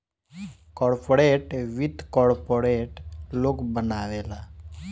corporate वित्त corporate लोग बनावेला